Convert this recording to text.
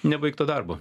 nebaigto darbo